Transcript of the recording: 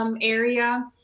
area